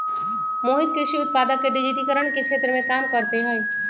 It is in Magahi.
मोहित कृषि उत्पादक के डिजिटिकरण के क्षेत्र में काम करते हई